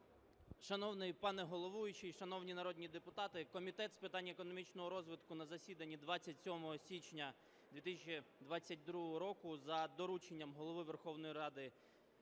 Шановний пане головуючий, шановні народні депутати, Комітет з питань економічного розвитку на засіданні 27 січня 2022 року, за дорученням Голови Верховної Ради